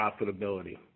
profitability